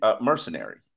mercenary